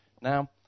Now